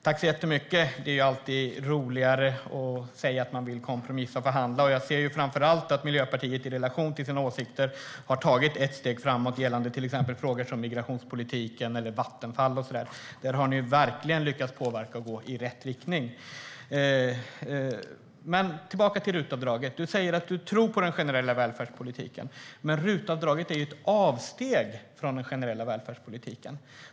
Herr talman! Det är alltid roligare att säga att man vill kompromissa och förhandla. Jag ser framför allt att Miljöpartiet i relation till sina åsikter har tagit ett steg framåt gällande till exempel migrationspolitiken, Vattenfall och så vidare. Där har ni verkligen lyckats påverka och gå i rätt riktning. Men jag ska gå tillbaka till RUT-avdraget. Du säger att du tror på den generella välfärdspolitiken. Men RUT-avdraget är ett avsteg från den generella välfärdspolitiken.